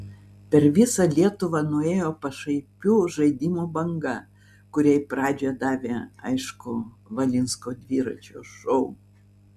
per visą lietuvą nuėjo pašaipių žaidimų banga kuriai pradžią davė aišku valinsko dviračio šou